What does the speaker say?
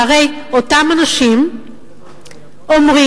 שהרי אותם אנשים אומרים,